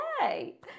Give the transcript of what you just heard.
Hey